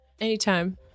Anytime